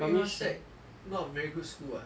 yu hua sec not very good school [what]